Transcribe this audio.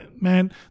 Man